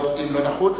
אם לא נחוץ,